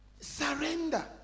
Surrender